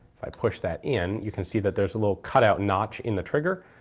i push that in you can see that there's a little cutout notch in the trigger,